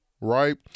right